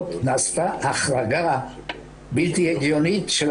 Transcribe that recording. אנחנו נעשה תכנית עם משרד הרווחה נעביר אותם להיות חלק מקהילה